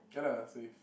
ya lah so if